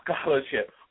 Scholarship